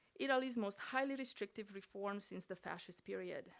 italy's most highly restrictive reform since the fascist period.